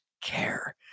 care